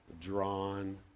drawn